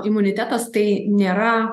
imunitetas tai nėra